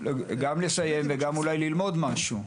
גם לסיים וגם אולי ללמוד משהו.